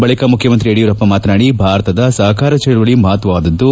ಬಳಿಕ ಮುಖ್ಯಮಂತ್ರಿ ಯಡಿಯೂರಪ್ಪ ಮಾತನಾಡಿ ಭಾರತದ ಸಹಕಾರ ಚಳವಳಿ ಮಹತ್ವವಾದದ್ದು